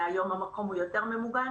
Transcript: היום המקום ממוגן יותר.